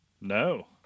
No